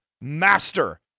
master